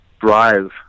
drive